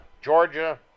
Georgia